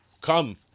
Come